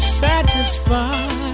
satisfied